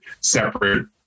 separate